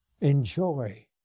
Enjoy